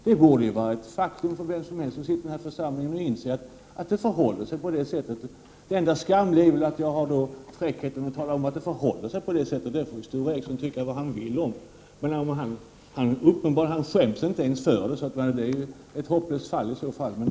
Det borde vara ett faktum för vem som helst som sitter i denna församling att inse att det förhåller sig på det viset. Det enda skamliga är att jag har fräckheten att tala om att det förhåller sig så. Det får Sture Ericson tycka vad han vill om. Uppenbart skäms han inte ens, så det är ett hopplöst fall. Tack för ordet!